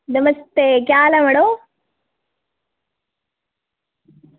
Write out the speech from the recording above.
नमस्ते केह् हाल ऐ मड़ो